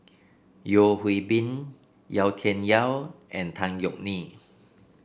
Yeo Hwee Bin Yau Tian Yau and Tan Yeok Nee